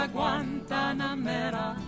Guantanamera